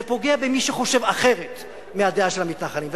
זה פוגע במי שחושב אחרת מהדעה של המתנחלים.